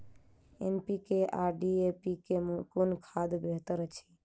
NPK आ DAP मे कुन खाद बेहतर अछि?